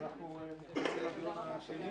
הישיבה נעולה.